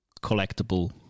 collectible